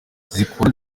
zikora